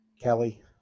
Kelly